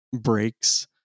breaks